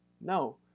No